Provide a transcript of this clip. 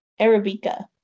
arabica